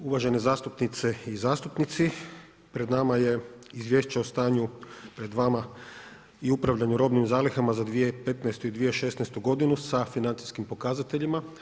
Uvažene zastupnice i zastupnici, pred nama je Izvješće o stanju, pred vama i upravljanju robnih zalihama za 2015. i 2016. g., s financijskim pokazateljima.